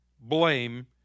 blame